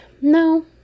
No